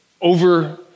over